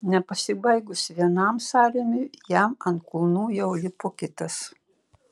nepasibaigus vienam sąrėmiui jam ant kulnų jau lipo kitas